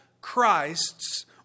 Christs